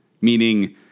Meaning